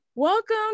Welcome